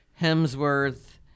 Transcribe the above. Hemsworth